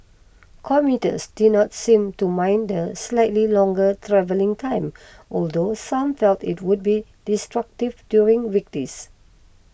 commuters did not seem to mind the slightly longer travelling time although some felt it would be disruptive during weekdays